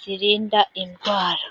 Zirinda indwara.